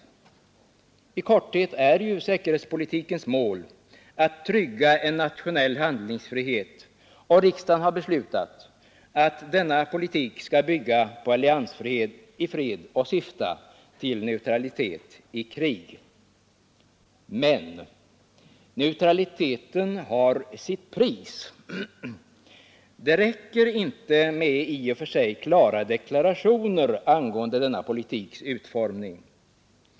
I korthet är säkerhetspolitikens mål att trygga en nationell handlingsfrihet, och riksdagen har beslutat att denna politik skall bygga på alliansfrihet i fred och syfta till neutralitet i krig. Men neutraliteten har sitt pris. Det räcker inte med i och för sig klara deklarationer angående denna politiks utformning.